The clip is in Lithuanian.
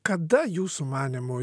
kada jūsų manymu